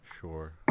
Sure